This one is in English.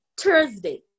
Thursday